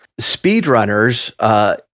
Speedrunners